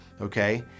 okay